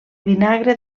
vinagre